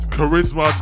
Charisma